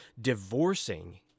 divorcing